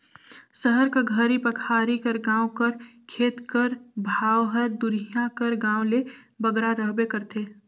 सहर कर घरी पखारी कर गाँव कर खेत कर भाव हर दुरिहां कर गाँव ले बगरा रहबे करथे